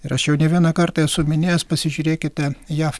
ir aš jau ne vieną kartą esu minėjęs pasižiūrėkite jav